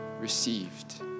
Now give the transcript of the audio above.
received